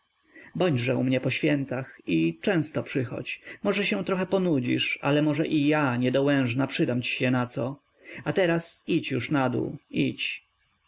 tak bądźże u mnie po świętach i często przychodź może się trochę ponudzisz ale może i ja niedołężna przydam ci się naco a teraz idź już na dół idź